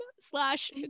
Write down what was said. slash